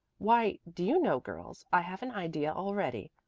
why, do you know, girls, i have an idea already.